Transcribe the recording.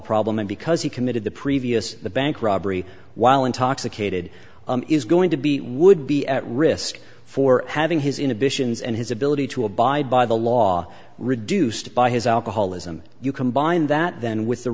problem because he committed the previous the bank robbery while intoxicated is going to be would be at risk for having his inhibitions and his ability to abide by the law reduced by his alcoholism you combine that then with the